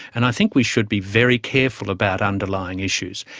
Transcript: and i think we should be very careful about underlying issues.